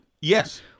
Yes